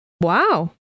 Wow